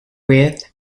with